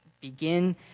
begin